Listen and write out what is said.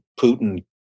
Putin